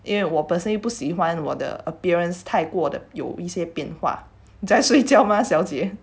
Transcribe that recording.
因为我 personally 不喜欢我的 appearance 太过的有一些变化你在睡觉吗小姐